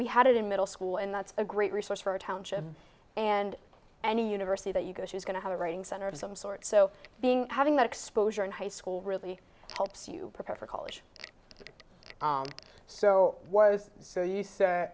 we had it in middle school and that's a great resource for a township and any university that you go she's going to have a writing center of some sort so being having that exposure in high school really helps you prepare for college so was